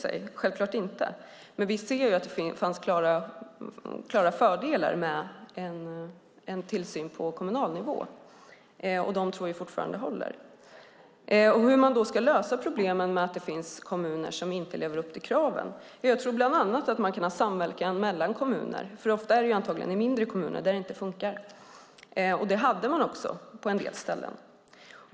Det vill vi självklart inte. Men vi ser att det fanns klara fördelar med en tillsyn på kommunal nivå, och det tror vi fortfarande håller. Hur ska man då lösa problemen med att det finns kommuner som inte lever upp till kraven? Ja, jag tror bland annat att man kan ha samverkan mellan kommuner - det är antagligen ofta i mindre kommuner som det inte funkar - och det hade man också på en del ställen.